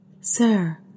Sir